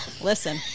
Listen